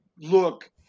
look